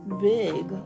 big